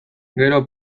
gero